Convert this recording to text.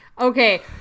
Okay